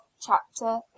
chapter